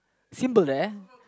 symbol there